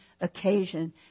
occasion